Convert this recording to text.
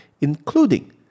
including